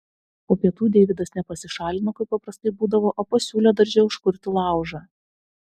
po pietų deividas ne pasišalino kaip paprastai būdavo o pasiūlė darže užkurti laužą